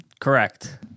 Correct